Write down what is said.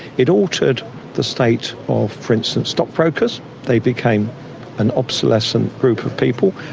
it altered the state of, for instance, stockbrokers they became an obsolescent group of people.